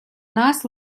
нас